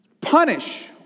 Punish